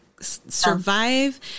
survive